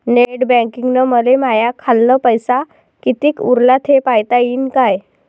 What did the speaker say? Net बँकिंगनं मले माह्या खाल्ल पैसा कितीक उरला थे पायता यीन काय?